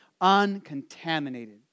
uncontaminated